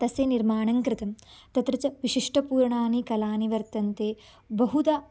तस्य निर्माणं कृतं तत्र च विशिष्टपूर्णाः कलाः वर्तन्ते बहुधा